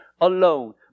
alone